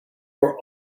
were